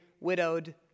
widowed